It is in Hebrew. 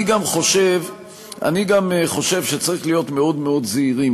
אני גם חושב שצריכים להיות מאוד מאוד זהירים